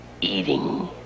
eating